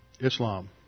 Islam